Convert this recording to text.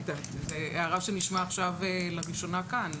זאת הערה שנשמעת כאן עכשיו לראשונה.